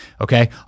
Okay